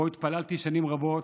שבו התפללתי שנים רבות.